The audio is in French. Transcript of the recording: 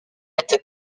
était